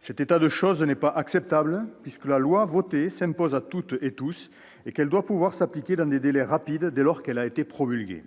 Cet état de choses n'est pas acceptable, puisque la loi votée s'impose à toutes et à tous et qu'elle doit pouvoir s'appliquer dans des délais rapides dès lors qu'elle a été promulguée.